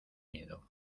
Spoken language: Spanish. miedo